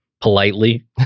politely